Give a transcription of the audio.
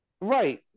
Right